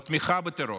בתמיכה בטרור.